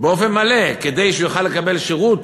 באופן מלא כדי שהוא יוכל לקבל שירות